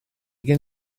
gen